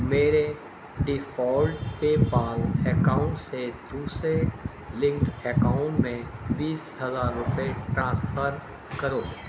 میرے default PayPal account سے دوسرے لنکڈ اکاؤن میں بیس ہزار روپئے ٹرانسفر کرو